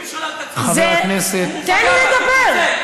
תן לי לדבר.